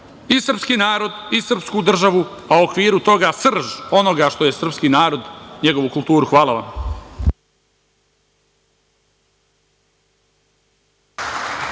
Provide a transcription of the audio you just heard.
i srpski narod i srpsku državu, a u okviru toga srž onoga što je srpski narod, njegovu kulturu. Hvala.